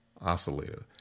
oscillator